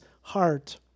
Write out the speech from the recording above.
heart